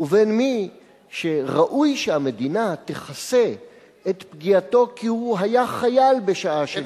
ובין מי שראוי שהמדינה תכסה את פגיעתו כי הוא היה חייל בשעה שנפצע.